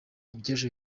iby’ejo